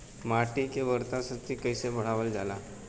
माटी के उर्वता शक्ति कइसे बढ़ावल जाला?